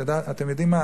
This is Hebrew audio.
אתם יודעים מה,